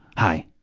hi!